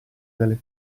dalle